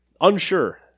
Unsure